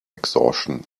exhaustion